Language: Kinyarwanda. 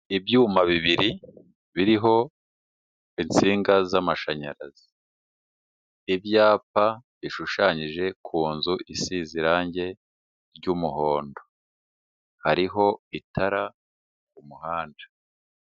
Ibyuma bibiri biriho insinga z'amashanyarazi, ibyapa bishushanyije ku nzu isize irangi ry'umuhondo, hariho itara ku muhanda.